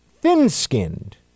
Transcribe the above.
thin-skinned